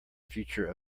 future